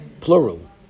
plural